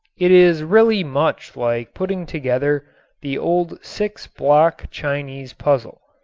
it is really much like putting together the old six-block chinese puzzle.